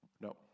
No